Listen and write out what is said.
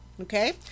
okay